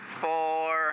four